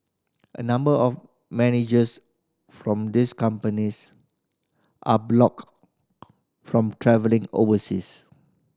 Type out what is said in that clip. a number of managers from these companies are blocked from travelling overseas